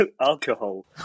alcohol